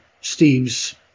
Steve's